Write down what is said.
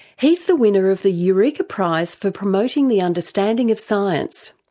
he's the winner of the eureka prize for promoting the understanding of science.